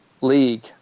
league